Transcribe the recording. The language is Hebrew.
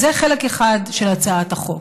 זה חלק אחד של הצעת החוק.